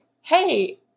hey